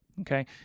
Okay